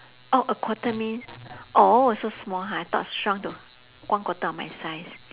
oh a quarter means oh so small ha I thought shrunk to one quarter of my size